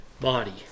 body